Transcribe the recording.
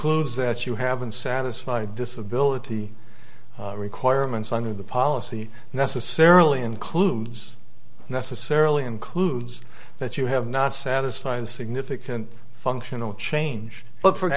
s that you haven't satisfied disability requirements under the policy necessarily includes necessarily includes that you have not satisfying significant functional change but for